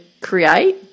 create